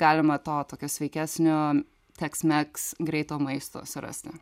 galima to tokio sveikesnio teksmeks greito maisto surasti